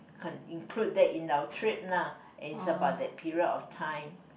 can include that in our trip nah and it's about that period of time